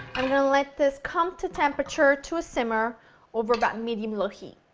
and let this come to temperature to a simmer over about and medium-low heat.